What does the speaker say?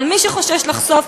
אבל מי שחושש לחשוף,